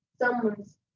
someone's